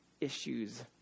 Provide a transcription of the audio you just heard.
issues